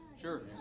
Sure